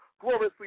Gloriously